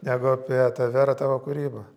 negu apie tave ar tavo kūrybą